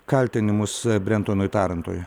kaltinimus brentonui tarantui